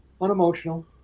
unemotional